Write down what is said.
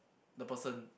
the person